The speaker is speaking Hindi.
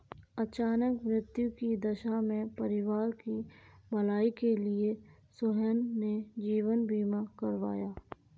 अचानक मृत्यु की दशा में परिवार की भलाई के लिए सोहन ने जीवन बीमा करवाया